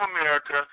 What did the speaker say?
America